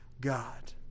God